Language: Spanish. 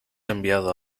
enviado